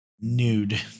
nude